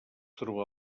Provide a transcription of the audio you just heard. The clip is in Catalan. trobar